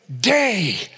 day